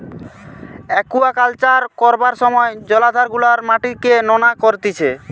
aquaculture করবার সময় জলাধার গুলার মাটিকে নোনা করতিছে